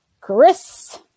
Chris